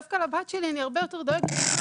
דווקא לבת שלי אני הרבה יותר דואגת כי היא